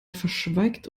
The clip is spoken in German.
verschweigt